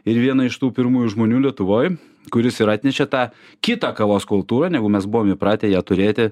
ir vieną iš tų pirmųjų žmonių lietuvoj kuris ir atnešė tą kitą kavos kultūrą negu mes buvom įpratę ją turėti